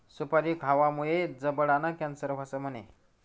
सुपारी खावामुये जबडाना कॅन्सर व्हस म्हणे?